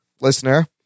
listener